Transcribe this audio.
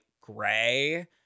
gray